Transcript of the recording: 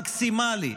מקסימלי,